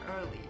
Early